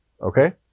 Okay